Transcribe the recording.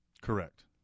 Correct